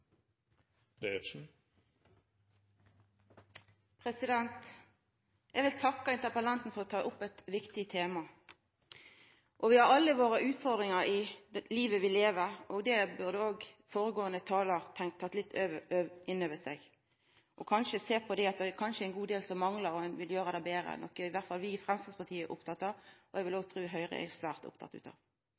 Eg vil takka interpellanten for å ta opp eit viktig tema. Vi har alle våre utfordringar i det livet vi lever. Det burde òg føregåande talar ta litt inn over seg. Kanskje burde han sjå på at det er ein god del som manglar, og at ein vil gjera det betre, noko i alle fall vi i Framstegspartiet er opptekne av, og som eg vil tru òg Høgre er svært opptekne av.